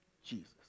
Jesus